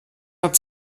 hat